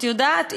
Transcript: את יודעת,